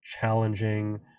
challenging